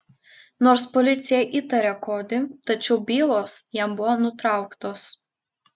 nors policija įtarė kodį tačiau bylos jam buvo nutrauktos